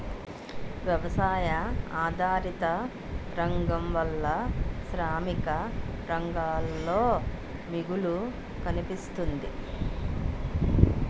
వ్యవసాయ ఆధారిత రంగం వలన శ్రామిక రంగంలో మిగులు కనిపిస్తుంది